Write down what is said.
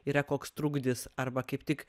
yra koks trukdis arba kaip tik